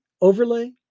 Overlay